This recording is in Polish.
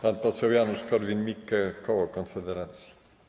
Pan poseł Janusz Korwin-Mikke, koło Konfederacji.